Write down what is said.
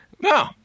No